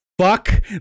Fuck